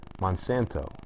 Monsanto